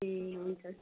ए हुन्छ